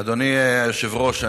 אדוני היושב-ראש,